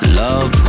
love